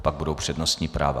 Pak budou přednostní práva.